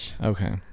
Okay